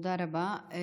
תודה רבה.